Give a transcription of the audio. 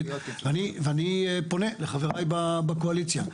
אני פונה לחבריי בקואליציה.